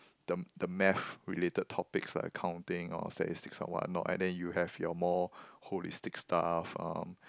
the the math related topics like accounting or statistics or what not and then you have your more holistic stuff um